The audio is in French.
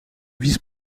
vice